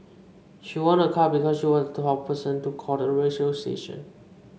she won a car because she was the twelfth person to call the radio station